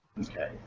Okay